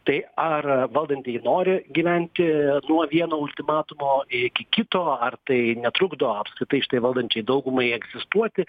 tai ar valdantieji nori gyventi nuo vieno ultimatumo iki kito ar tai netrukdo apskritai šitai valdančiai daugumai egzistuoti